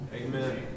Amen